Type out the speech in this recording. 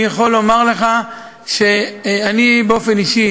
אני יכול לומר לך שאני באופן אישי